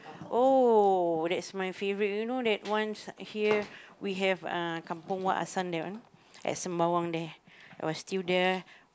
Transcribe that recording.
oh that's my favourite you know that once here we have a kampung Wak Hassan at Sembawang there